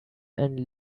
and